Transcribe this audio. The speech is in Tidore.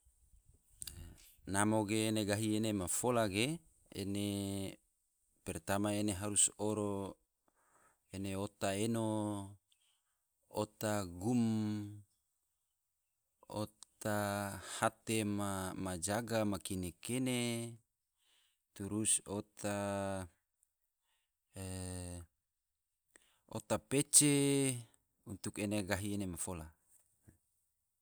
Namo ge ene yo gahi ene ma fola ge, ene pertama ene harus oro, ene ota eno, ota gum, ota hate ma jaga ma kene-kene, turus ota e pece, untuk ene gahi ene ma fola